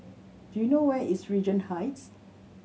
do you know where is Regent Heights